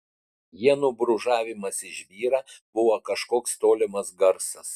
ienų brūžavimas į žvyrą buvo kažkoks tolimas garsas